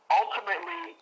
ultimately